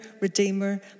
redeemer